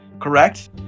correct